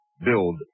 build